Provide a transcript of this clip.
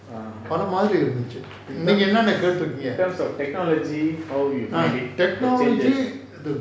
in terms in terms of technology how you find it the changes